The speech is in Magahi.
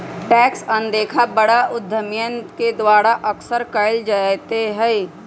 टैक्स अनदेखा बड़ा उद्यमियन के द्वारा अक्सर कइल जयते हई